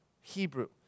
Hebrew